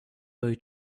boy